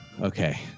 Okay